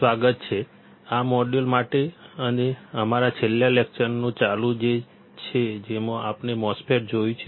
સ્વાગત છે આ મોડ્યુલ માટે અને આ અમારા છેલ્લા લેકચરનું ચાલુ છે જેમાં આપણે MOSFET જોયું છે